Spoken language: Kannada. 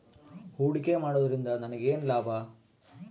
ಹೂಡಿಕೆ ಮಾಡುವುದರಿಂದ ನನಗೇನು ಲಾಭ?